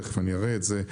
תיכף אני אראה את זה.